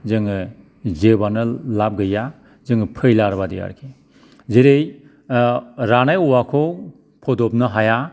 जोङो जेबोआनो लाब गैया जों फेलियार बायदि आरिखि जेरै रानाय औवाखौ फदबनो हाया